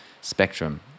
spectrum